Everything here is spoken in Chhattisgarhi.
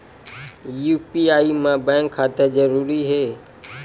यू.पी.आई मा बैंक खाता जरूरी हे?